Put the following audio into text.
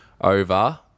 over